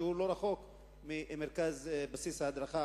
שאינו רחוק מבסיס ההדרכה